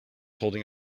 holding